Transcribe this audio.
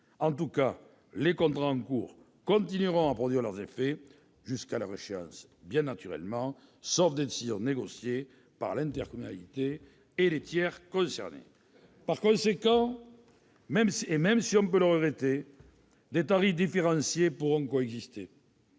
raisonnables. Les contrats en cours continueront à produire leurs effets jusqu'à leur échéance, sauf décision négociée par l'intercommunalité avec les tiers concernés. Par conséquent, et même si l'on peut le regretter, des tarifs différenciés pourront exister.